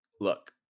look